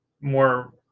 more